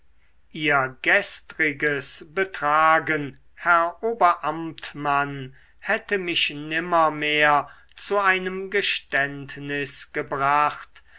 ihr gestriges betragen herr oberamtmann hätte mich nimmermehr zu einem geständnis gebracht